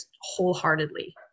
wholeheartedly